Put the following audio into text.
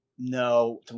No